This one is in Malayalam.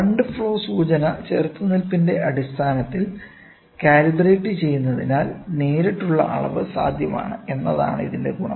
കറണ്ട് ഫ്ലോ സൂചന ചെറുത്തുനിൽപ്പിന്റെ അടിസ്ഥാനത്തിൽ കാലിബ്രേറ്റ് ചെയ്യുന്നതിനാൽ നേരിട്ടുള്ള അളവ് സാധ്യമാണ് എന്നതാണ് ഇതിന്റെ ഗുണം